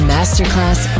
Masterclass